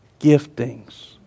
giftings